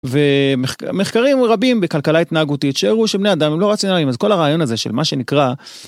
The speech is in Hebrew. ומחקרים רבים בכלכלה התנהגותית שהראו שבני אדם הם לא רציונליים אז כל הרעיון הזה של מה שנקרא